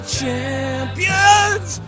champions